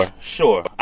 Sure